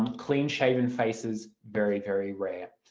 um clean-shaven faces very, very rare.